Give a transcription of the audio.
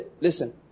Listen